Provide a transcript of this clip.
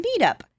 meetup